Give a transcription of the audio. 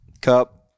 Cup –